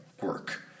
work